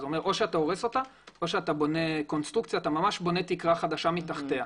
או שאתה הורס אותה או שאתה בונה קונסטרוקציה של תקרה חדשה מתחתיה.